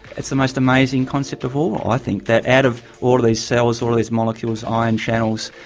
it's the most amazing concept of all all i think, that out of all of these cells, all of these molecules, ion channels,